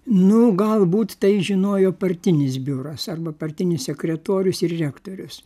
nu galbūt tai žinojo partinis biuras arba partinis sekretorius ir rektorius